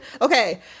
okay